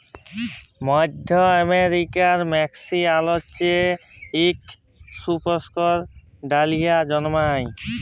মইধ্য আমেরিকার মেক্সিক অল্চলে ইক সুপুস্পক ডালিয়া জল্মায়